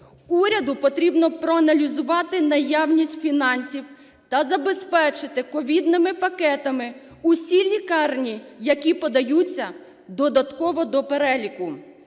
Уряду потрібно проаналізувати наявність фінансів та забезпечити ковідними пакетами усі лікарні, які подаються додатково до переліку.